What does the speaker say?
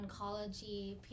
oncology